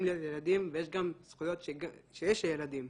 להיות לילדים ויש גם זכויות שיש לילדים.